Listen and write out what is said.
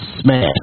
smash